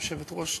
היושבת-ראש,